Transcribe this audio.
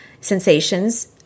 sensations